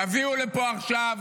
תביאו לפה עכשיו